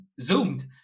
Zoomed